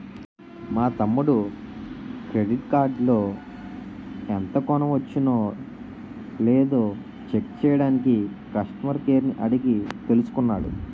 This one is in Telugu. మా తమ్ముడు క్రెడిట్ కార్డులో ఎంత కొనవచ్చునో లేదో చెక్ చెయ్యడానికి కష్టమర్ కేర్ ని అడిగి తెలుసుకున్నాడు